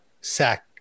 Sack